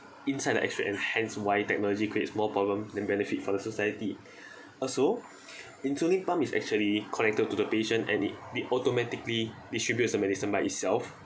inside the x-ray and hence why technology creates more problem than benefit for the society also insulin pump is actually connected to the patient and it it automatically distributes the medicine by itself